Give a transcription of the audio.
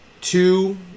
two